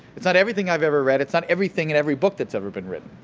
it's not everything i've ever read, it's not everything in every book that's ever been written.